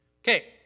Okay